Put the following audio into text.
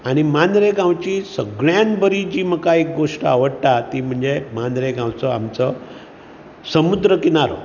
आनी मांद्रे गांवची सगळ्यांत बरी जी म्हाका एक गोश्ट आवडटा ती म्हणजे मांद्रे गांवचो आमचो समुद्र किनारो